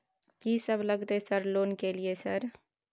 कि सब लगतै सर लोन ले के लिए सर?